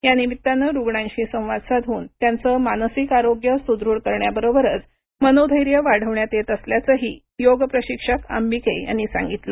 या निमित्ताने रुग्णांशी संवाद साधून त्यांचे मानसिक आरोग्य सुदृढ करण्याबरोबरच मनोधैर्य वाढविण्यात येत असल्याचेही योग प्रशिक्षक अंबिके यांनी सांगितले